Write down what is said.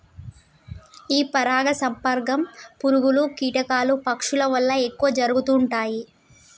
ఈ పరాగ సంపర్కం పురుగులు, కీటకాలు, పక్షుల వల్ల ఎక్కువ జరుగుతుంటాయి